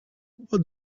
what